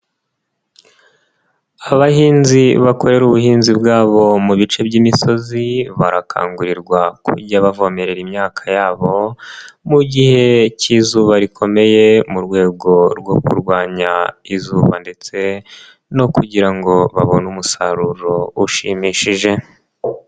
Abahinzi bakorera ubuhinzi bwabo mu bice by'imisozi, barakangurirwa kujya bavomerera imyaka yabo mu gihe cy'izuba rikomeye mu rwego rwo kurwanya izuba ndetse no kugira ngo babone umusaruro ushimishije.